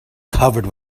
covered